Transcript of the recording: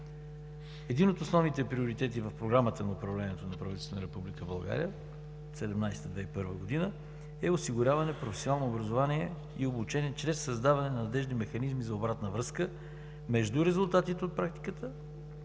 Един от основните приоритети в Програмата за управлението на правителството на Република България 2017 – 2021 г. е осигуряване на професионално образование и обучение чрез създаване на надеждни механизми за обратна връзка между резултатите от практиката, а също